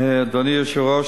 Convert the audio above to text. אדוני היושב-ראש,